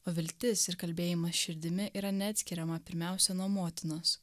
o viltis ir kalbėjimas širdimi yra neatskiriama pirmiausia nuo motinos